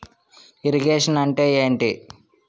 Irrigation అంటే ఏంటీ?